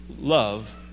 love